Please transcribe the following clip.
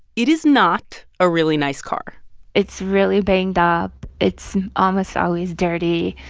it is not a really nice car it's really banged up. it's almost always dirty.